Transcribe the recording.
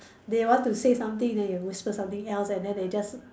they want to say something then you whisper something else and then they just